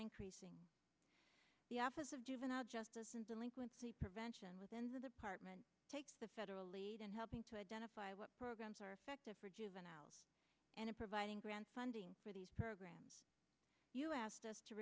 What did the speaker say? increasing the office of dubin of justice and delinquency prevention within the department takes the federal lead in helping to identify what programs are effective for juveniles and in providing grant funding for these programs you asked us to